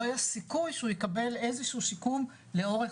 לא היה סיכוי שהוא יקבל איזשהו שיקום לאורך